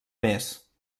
més